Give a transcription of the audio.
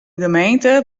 gemeente